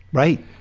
right.